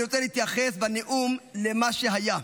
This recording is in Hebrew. אני רוצה להתייחס בנאום לא למה שהיה,